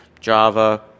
Java